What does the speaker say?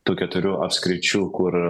tų keturių apskričių kur